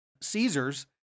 Caesars